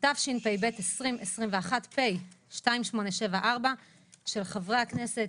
התשפ"ב-2021 פ/2874 של חברי הכנסת